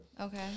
Okay